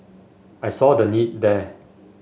I saw the need there